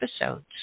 episodes